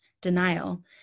denial